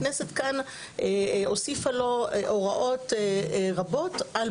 הכנסת כאן הוסיפה לו הוראות רבות על